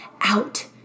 out